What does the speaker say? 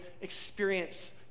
experience